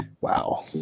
Wow